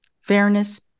fairness